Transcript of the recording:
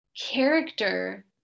character